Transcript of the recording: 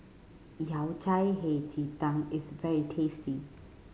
Yao Cai Hei Ji Tang is very tasty